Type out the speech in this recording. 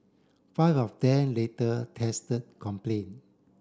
five of them later tested compliant